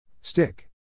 Stick